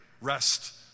rest